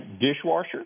dishwasher